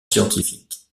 scientifiques